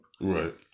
Right